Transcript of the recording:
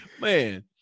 man